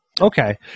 Okay